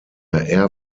air